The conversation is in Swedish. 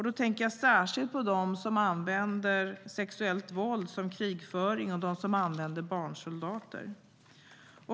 Då tänker jag särskilt på dem som använder sexuellt våld som krigföring och de som använder barnsoldater.